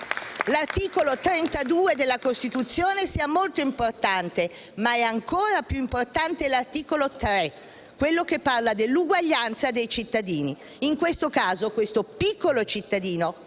l'articolo 32 della Costituzione sia molto importante, ma è ancora più importante l'articolo 3, che parla dell'uguaglianza dei cittadini. In questo caso questo piccolo cittadino,